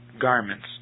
garments